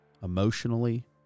emotionally